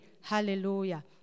Hallelujah